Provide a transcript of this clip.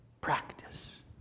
practice